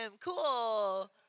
Cool